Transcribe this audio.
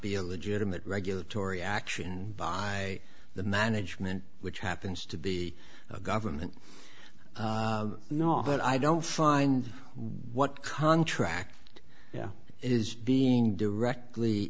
be a legitimate regulatory action by the management which happens to be a government not that i don't find what contract yeah it is being directly